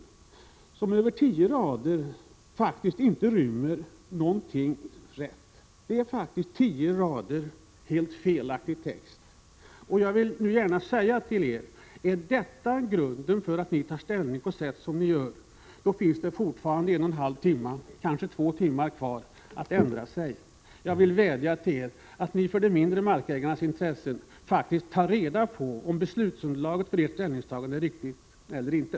De tio rader det rör sig om innehåller faktiskt helt felaktig text. Jag vill gärna säga till centerpartiets företrädare: Är detta grunden till att ni tar ställning på det sätt som ni gör, då har ni fortfarande en och en halv eller kanske två timmar på er att ändra er. Jag vill vädja till er att ni ide mindre markägarnas intresse faktiskt tar reda på om beslutsunderlaget för ert ställningstagande är riktigt eller inte.